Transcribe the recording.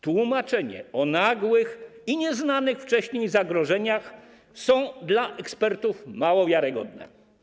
Tłumaczenia o nagłych i nieznanych wcześniej zagrożeniach są dla ekspertów mało wiarygodne.